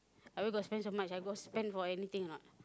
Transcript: I where got spend so much I got spend for anything or not